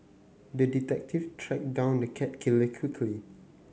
the detective tracked down the cat killer quickly